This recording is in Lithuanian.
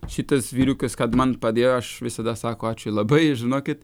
šitas vyrukas kad man padėjo aš visada sako ačiū labai žinokit